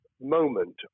moment